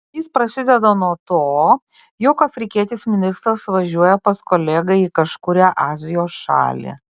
jis prasideda nuo to jog afrikietis ministras važiuoja pas kolegą į kažkurią azijos šalį